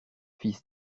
fils